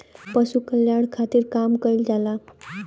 पशु कल्याण खातिर काम कइल जाला